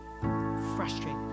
frustrated